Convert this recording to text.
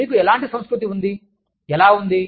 మీకు ఎలాంటి సంస్కృతి ఉంది ఎలా ఉంది